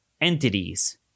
entities